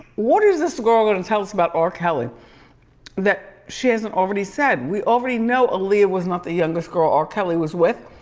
what is this girl gonna and tell us about r. kelly that she hasn't already said? we already know aaliyah was not the youngest girl r. kelly was with.